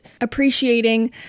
appreciating